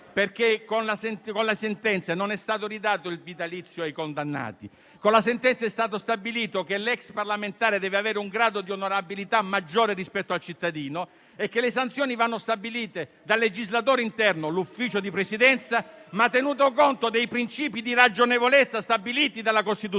perché con la sentenza non è stato ridato il vitalizio ai condannati. Con la sentenza è stato stabilito che l'*ex* parlamentare deve avere un grado di onorabilità maggiore rispetto al cittadino e che le sanzioni vanno comminate dal legislatore interno (il Consiglio di Presidenza), ma tenuto conto dei principi di ragionevolezza stabiliti dalla Costituzione,